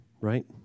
right